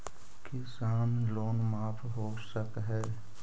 किसान लोन माफ हो सक है?